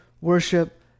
worship